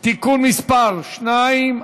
(תיקון מס' 2),